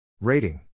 Rating